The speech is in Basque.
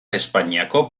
espainiako